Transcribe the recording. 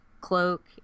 cloak